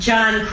John